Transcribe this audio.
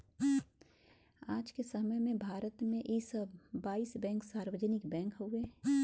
आज के समय में भारत में सब बाईस बैंक सार्वजनिक बैंक हउवे